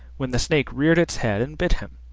when the snake reared its head and bit him.